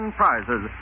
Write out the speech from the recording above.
prizes